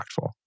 impactful